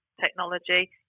technology